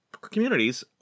communities